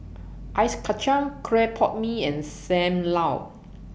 Ice Kacang Clay Pot Mee and SAM Lau